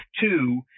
Two